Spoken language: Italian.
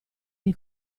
dei